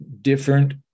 different